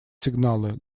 сигналы